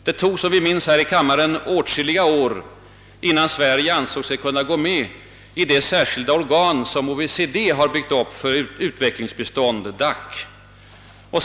Det tog, som vi minns, åtskilliga år, innan Sverige ansåg sig kunna gå med i det särskilda organ som OECD har byggt upp för utvecklingsbistånd, DAC.